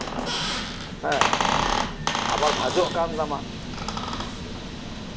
ᱦᱮᱸ ᱟᱵᱟᱨ ᱵᱷᱟᱸᱡᱚᱜ ᱠᱟᱱ ᱛᱟᱢᱟ